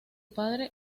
padre